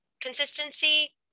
consistency